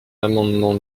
l’amendement